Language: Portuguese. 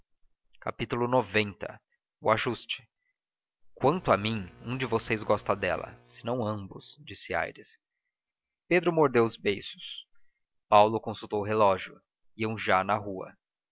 outro xc o ajuste quanto a mim um de vocês gosta dela senão ambos disse aires pedro mordeu os beiços paulo consultou o relógio iam já na rua